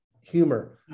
Humor